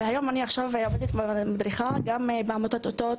אז היום אני עובדת כמדריכה בעמותת ׳אותות׳.